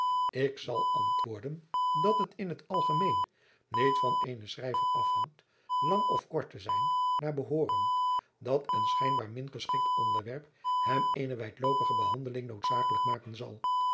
ik zal antwoorden dat het in t algemeen niet van eenen schrijver afhangt lang of kort te zijn naar behooren dat een schijnbaar min geschikt onderwerp hem eene wijdloopige behandeling noodzakelijk maken zal